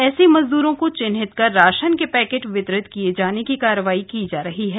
ऐसे मजदूरों को चिन्हित कर राशन के पैकेट वितरित किये जाने की कार्रवाई की जा रही है